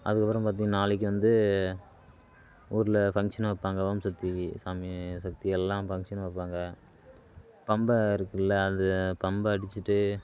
அதுக்கப்புறம் பார்த்தீங்கன்னா நாளைக்கு வந்து ஊரில் ஃபங்க்ஷன் வைப்பாங்க ஓம் சக்திக்கு சாமியை சக்தி எல்லாம் ஃபங்க்ஷன் வைப்பாங்க பம்பை இருக்குல்ல அது பம்பை அடிச்சுட்டு